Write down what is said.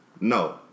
No